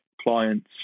clients